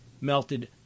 melted